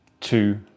two